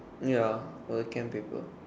ya for the Chem paper